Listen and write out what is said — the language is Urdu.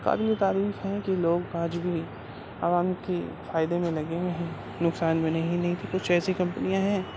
قابل تعریف ہیں کہ لوگ آج بھی عوام کی فائدے میں لگے ہوئے ہیں نقصان میں نہیں کچھ ایسی کمپنیاں ہیں